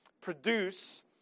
produce